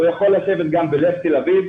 הוא יכול לשבת גם בלב תל אביב.